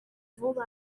vuba